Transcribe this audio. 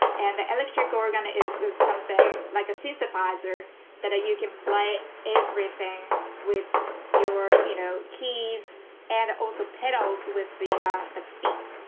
and the electric organ is is something like a synthesizer that you can play everything with your, you know, keys and also pedals with the yeah the feet.